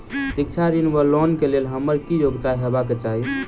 शिक्षा ऋण वा लोन केँ लेल हम्मर की योग्यता हेबाक चाहि?